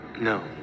No